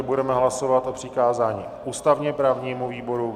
Budeme hlasovat o přikázání ústavněprávnímu výboru.